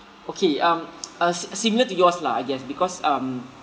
okay um uh si~ similar to yours lah I guess because um